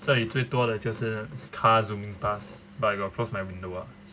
这里最多的就是 car zooming past but I got close my window ah